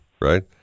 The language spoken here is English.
right